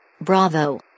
Bravo